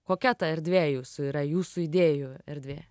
kokia ta erdvė jūsų yra jūsų idėjų erdvė